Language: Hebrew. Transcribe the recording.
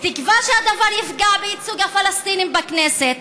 בתקווה שהדבר יפגע בייצוג הפלסטינים בכנסת.